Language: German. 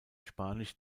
spanisch